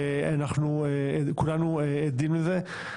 וכולנו עדים לזה.